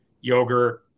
yogurt